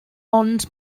ond